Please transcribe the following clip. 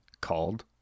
called